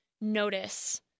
notice